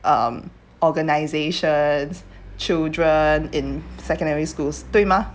um organisations children in secondary schools 对吗